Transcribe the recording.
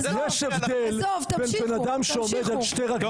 טוב תמשיכו תמשיכו.